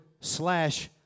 slash